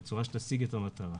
בצרה שתשיג את המטרה.